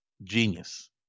Genius